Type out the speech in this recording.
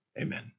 amen